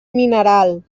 mineral